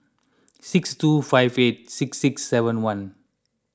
six two five eight six six seven one